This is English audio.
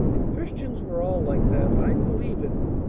if christians were all like that, i'd believe in them.